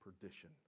perdition